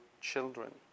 children